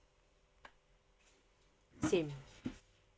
same